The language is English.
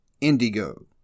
indigo